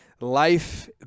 life